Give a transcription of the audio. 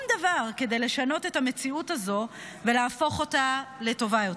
דבר כדי לשנות את המציאות הזאת ולהפוך אותה לטובה יותר.